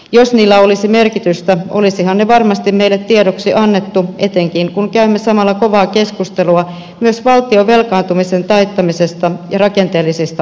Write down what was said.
jos niillä olisi merkitystä olisihan ne varmasti meille tiedoksi annettu etenkin kun käymme samalla kovaa keskustelua myös valtion velkaantumisen taittamisesta ja rakenteellisista uudistuksista